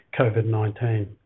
COVID-19